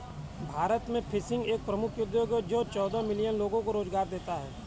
भारत में फिशिंग एक प्रमुख उद्योग है जो चौदह मिलियन लोगों को रोजगार देता है